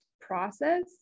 process